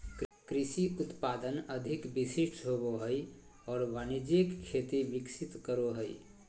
कृषि उत्पादन अधिक विशिष्ट होबो हइ और वाणिज्यिक खेती विकसित करो हइ